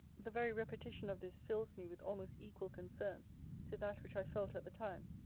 the very repetition of this fills me with almost equal concern to that which i felt at the time.